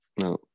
no